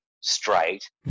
straight